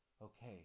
Okay